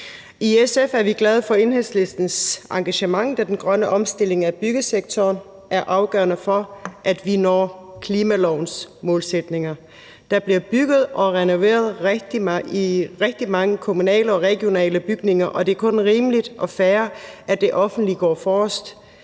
I SF er vi glade for Enhedslistens engagement, da den grønne omstilling af byggesektoren er afgørende for, at vi når klimalovens målsætninger. Der bliver bygget og renoveret rigtig mange kommunale og regionale bygninger, og det er kun rimeligt og fair, at det offentlige går forrest